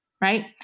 right